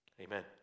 Amen